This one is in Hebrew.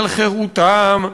על חירותם,